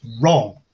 Wrong